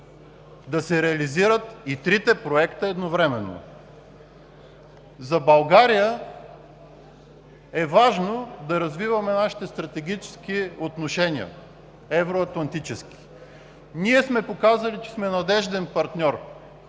да се реализират и трите проекта едновременно. За България е важно да развиваме нашите стратегически отношения – евроатлантически. Ние сме показали, че сме надежден партньор